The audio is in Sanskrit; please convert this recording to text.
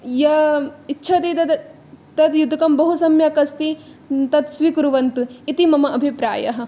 यः इच्छति तद् तद् युतकं बहुसम्यक् अस्ति तत् स्वीकुर्वन्तु इति मम अभिप्रायः